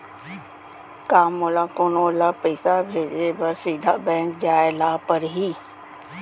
का मोला कोनो ल पइसा भेजे बर सीधा बैंक जाय ला परही?